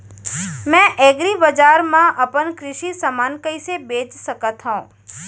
मैं एग्रीबजार मा अपन कृषि समान कइसे बेच सकत हव?